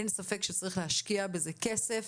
אין ספק שצריך להשקיע בזה כסף,